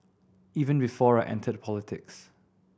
even before I entered politics